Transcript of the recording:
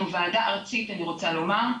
אנחנו וועדה ארצית אני רוצה לומר,